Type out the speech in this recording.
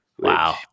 wow